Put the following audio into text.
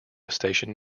station